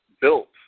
built